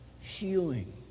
Healing